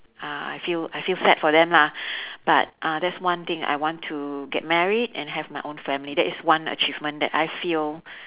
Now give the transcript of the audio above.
uh I feel I feel sad for them lah but uh that's one thing I want to get married and have my own family that is one achievement that I feel